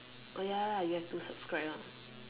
oh ya lah you have to subscribe one